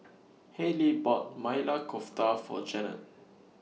Haylie bought Maili Kofta For Janet